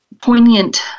poignant